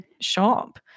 shop